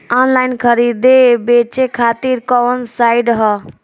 Online खरीदे बेचे खातिर कवन साइड ह?